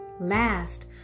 Last